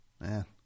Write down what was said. Man